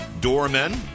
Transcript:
Doormen